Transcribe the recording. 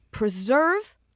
Preserve